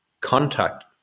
contact